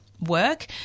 work